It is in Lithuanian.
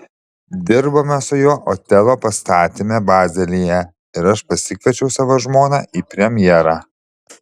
dirbome su juo otelo pastatyme bazelyje ir aš pasikviečiau savo žmoną į premjerą